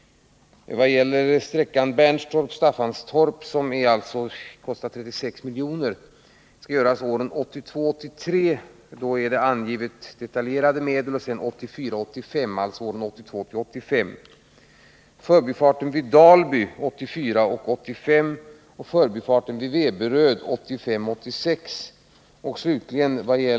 I vad gäller sträckan Bernstorp-Staffanstorp, som kostat 36 milj.kr., kan sägas att den skall göras åren 1982-1983. För denna tid finns detaljerade medel angivna. Resten skall utföras under åren 1982-1985. Förbifarten vid Dalby görs 1984-1985 och förbifarten vid Veberöd 1985-1986.